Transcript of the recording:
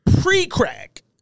pre-crack